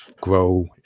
grow